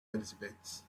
exhibits